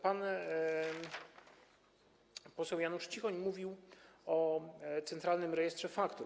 Pan poseł Janusz Cichoń mówił o Centralnym Rejestrze Faktur.